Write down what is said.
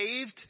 saved